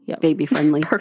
baby-friendly